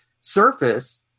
surface